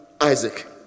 Isaac